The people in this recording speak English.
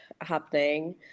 happening